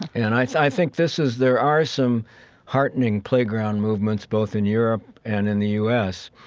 and i, i think this is there are some heartening playground movements both in europe and in the u s,